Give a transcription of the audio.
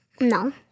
No